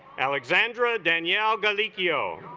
alexandra danielle ghalichi oh